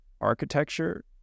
architecture